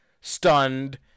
stunned